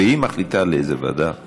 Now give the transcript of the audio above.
והיא מחליטה לאיזו ועדה זה יעבור.